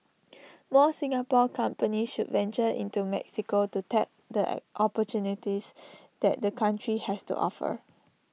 more Singapore companies should venture into Mexico to tap the opportunities that the country has to offer